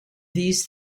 these